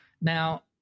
Now